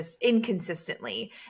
inconsistently